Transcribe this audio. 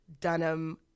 Dunham